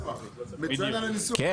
הצבעה לא אושר.